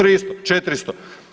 300, 400.